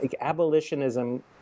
abolitionism